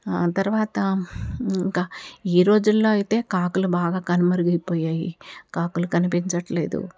తర్వాత ఇంక ఈ రోజుల్లో అయితే కాకులు బాగా కనుమరుగైపోయాయి కాకులు కనిపించట్లేదు